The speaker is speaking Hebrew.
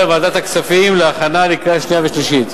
לוועדת הכספים להכנה לקריאה שנייה ושלישית.